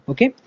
Okay